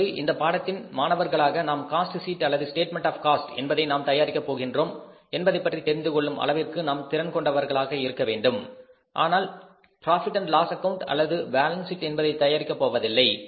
இப்பொழுது இந்த பாடத்தின் மாணவர்களாக நாம் காஸ்ட் ஷீட் அல்லது ஸ்டேட்மெண்ட் ஆஃ காஸ்ட் என்பதை நாம் தயாரிக்க போகின்றோம் என்பதைப்பற்றி தெரிந்து கொள்ளும் அளவிற்கு நாம் திறன் கொண்டவர்களாக இருக்க வேண்டும் ஆனால் profit and loss account Profit Loss Account அல்லது பாலன்ஸ் ஷீட் என்பதை தயாரிக்கப் போவதில்லை